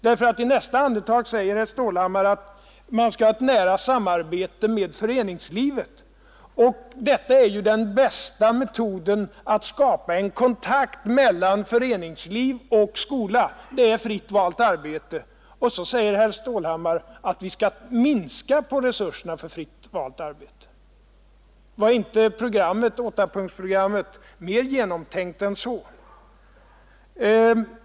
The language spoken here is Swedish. I nästa andetag så sade herr Stålhammar att man bör ha ett nära samarbete med föreningslivet. Den bästa metoden att skapa en kontakt mellan föreningsliv och skola är genom fritt valt arbete, och ändå säger herr Stålhammar att vi bör minska resurserna för fritt valt arbete! Var inte åttapunktsprogrammet mer genomtänkt än så?